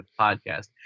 podcast